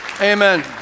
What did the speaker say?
Amen